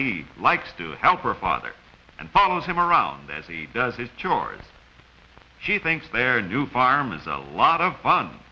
patti likes to help her father and follows him around as he does his chores she thinks their new farm is a lot of fun